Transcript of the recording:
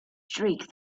streak